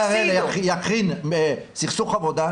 עו"ד חגי הראל יכין סכסוך עבודה,